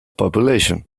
population